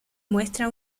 muestra